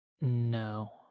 No